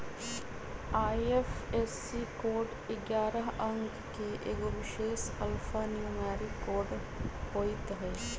IFSC code ऐगारह अंक के एगो विशेष अल्फान्यूमैरिक कोड होइत हइ